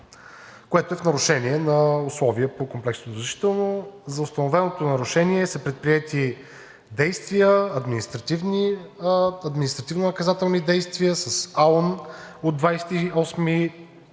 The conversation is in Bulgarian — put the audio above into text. което е в нарушение на условия по комплексното разрешително. За установеното нарушение са предприети административнонаказателни действия с АУАН от 28